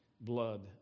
blood